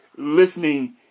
listening